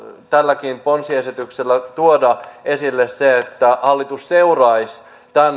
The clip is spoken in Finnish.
tälläkin ponsiesityksellä tuoda esille sen että hallitus seuraisi tämän